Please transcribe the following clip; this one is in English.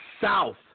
South